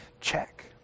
check